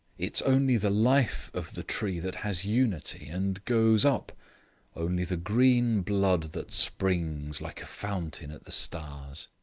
it's only the life of the tree that has unity and goes up only the green blood that springs, like a fountain, at the stars.